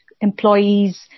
employees